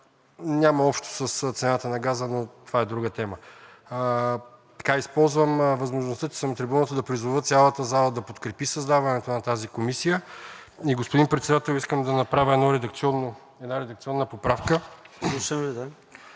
няма общо с цената на газа, но това е друга тема. Използвам възможността, че съм на трибуната, да призова цялата зала да подкрепи създаването на тази комисия. Господин Председател, искам да направя една редакционна поправка.